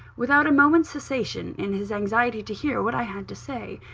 without a moment's cessation, in his anxiety to hear what i had to say.